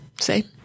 say